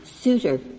suitor